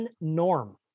Norm